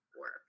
work